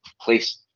place